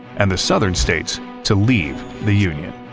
and the southern states to leave the union.